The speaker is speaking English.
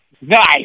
Nice